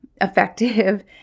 effective